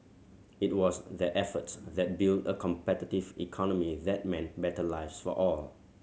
it was their efforts that built a competitive economy that meant better lives for all